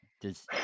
does-